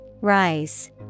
Rise